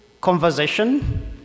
conversation